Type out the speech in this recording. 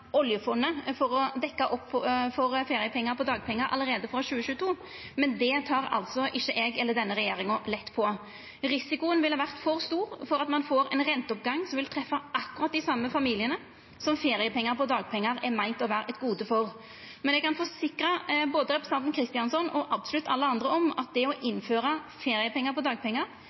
oljefondet for å dekkja opp for feriepengar på dagpengar allereie frå 2022, men det tek altså ikkje eg eller denne regjeringa lett på. Risikoen ville ha vore for stor for at ein får ein renteoppgang som vil treffa akkurat dei same familiane som feriepengar på dagpengar er meint å vera eit gode for. Men eg kan forsikra både representanten Kristjánsson og absolutt alle andre om at det å innføra feriepengar på dagpengar